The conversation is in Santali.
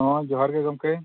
ᱦᱮᱸ ᱡᱚᱦᱟᱨᱜᱮ ᱜᱚᱢᱠᱮ